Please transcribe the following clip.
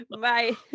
Bye